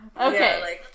Okay